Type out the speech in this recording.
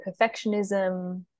perfectionism